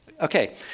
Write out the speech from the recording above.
Okay